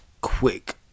quick